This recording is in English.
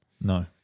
No